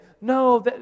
no